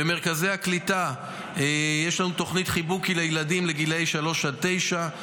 במרכזי הקליטה יש לנו תוכנית "חיבוקי לילדים" לגילי שלוש עד תשע.